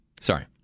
Sorry